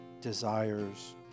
desires